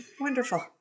Wonderful